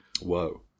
Whoa